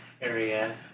area